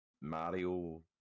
Mario